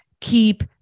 keep